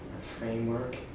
framework